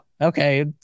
okay